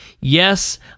Yes